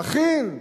תכין,